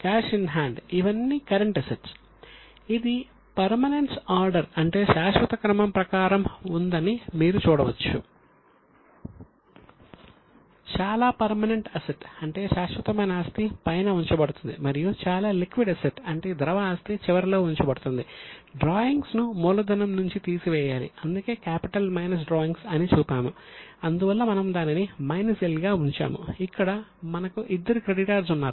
ఒక క్రెడిటార్ 100000 ఇంకొక క్రెడిటార్ 25000